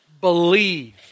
Believe